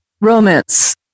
Romance